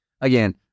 again